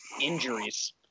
injuries